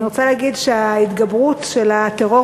אני רוצה להגיד שההתגברות של הטרור